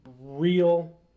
real